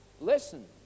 listen